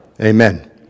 Amen